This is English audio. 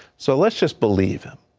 so let's just believe him,